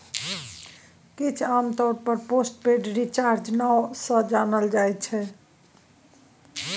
किछ आमतौर पर पोस्ट पेड रिचार्ज नाओ सँ जानल जाइ छै